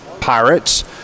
pirates